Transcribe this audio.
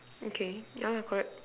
okay yeah correct